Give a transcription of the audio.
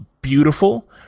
beautiful